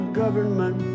government